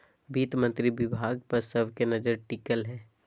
वित्त मंत्री विभाग पर सब के नजर टिकल हइ